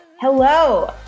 hello